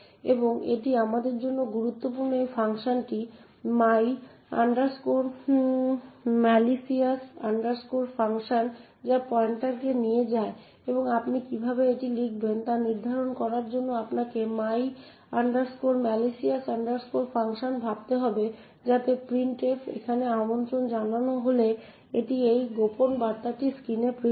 এবং এটি আমাদের জন্য গুরুত্বপূর্ণ এই ফাংশনটি my malicious function যা পয়েন্টারকে নিয়ে যায় এবং আপনি কীভাবে এটি লিখবেন তা নির্ধারণ করার জন্য আপনাকে my malicious function ভাবতে হবে যাতে printf এখানে আমন্ত্রণ জানানো হলে এটি এই গোপন বার্তাটি স্ক্রীনে প্রিন্ট হয়